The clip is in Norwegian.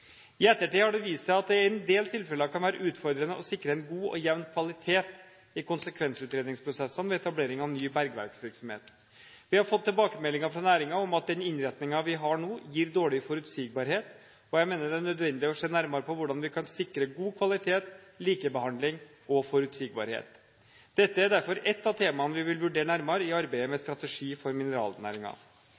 I ettertid har det vist seg at det i en del tilfeller kan være utfordrende å sikre en god og jevn kvalitet i konsekvensutredningsprosessene ved etablering av ny bergverksvirksomhet. Vi har fått tilbakemeldinger fra næringen om at den innretningen vi nå har, gir dårlig forutsigbarhet. Jeg mener det er nødvendig å se nærmere på hvordan vi kan sikre god kvalitet, likebehandling og forutsigbarhet. Dette er derfor ett av temaene vi vil vurdere nærmere i arbeidet med strategi for